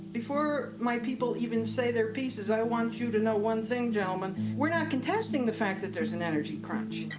before my people even say their pieces, i want you to know one thing, gentlemen, we're not contesting the fact that there's an energy crunch.